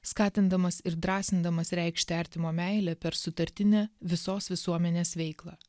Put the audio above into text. skatindamas ir drąsindamas reikšti artimo meilę per sutartinę visos visuomenės veiklą